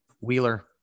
wheeler